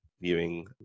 viewing